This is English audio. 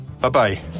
Bye-bye